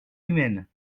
humaine